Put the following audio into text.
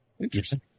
Interesting